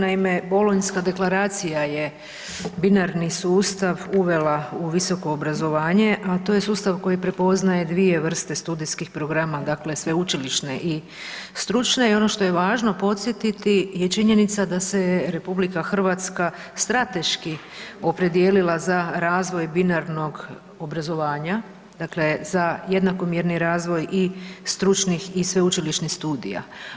Naime, Bolonjska deklaracija je binarni sustav uvela u visoko obrazovanje a to je sustav koji prepoznaje dvije vrste studijskih programa, dakle sveučilišne i stručne i ono što je važno podsjetiti je činjenica da se RH strateški opredijelila za razvoj binarnog obrazovanja, dakle za jednakomjerni razvoj i stručnih i sveučilišnih studija.